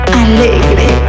alegre